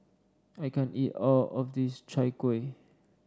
I can't eat all of this Chai Kueh